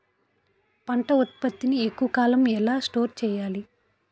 పంట ఉత్పత్తి ని ఎక్కువ కాలం ఎలా స్టోర్ చేయాలి?